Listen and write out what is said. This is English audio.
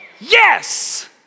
yes